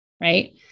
right